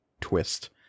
twist